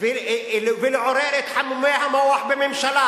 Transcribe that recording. ולעורר את חמומי המוח בממשלה,